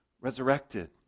Resurrected